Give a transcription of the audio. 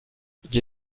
gli